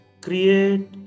Create